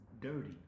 dirty